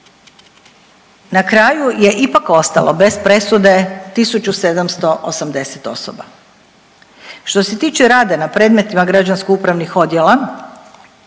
Na kraju je ipak ostalo bez presude 1780 osoba. Što se tiče rada na predmetima građansko-upravnih odjela,